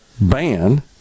ban